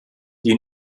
die